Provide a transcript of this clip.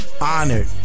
honored